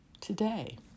today